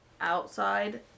outside